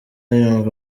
yumva